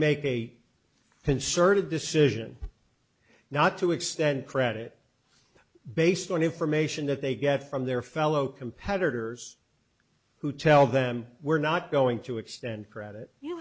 make a concerted decision not to extend credit based on information that they get from their fellow competitors who tell them we're not going to extend credit you